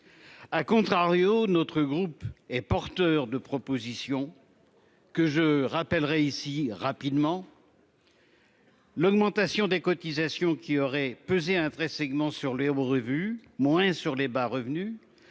À contrario, notre groupe est porteur de propositions. Que je rappellerai ici rapidement. L'augmentation des cotisations qui aurait pesé un vrai segments sur les bords revue moins sur les bas revenus.